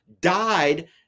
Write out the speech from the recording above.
died